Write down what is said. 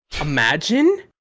Imagine